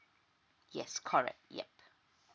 yes correct yup